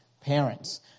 parents